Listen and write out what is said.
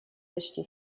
почти